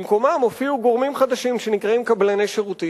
במקומן הופיעו גורמים חדשים שנקראים קבלני שירותים.